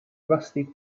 rusty